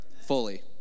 fully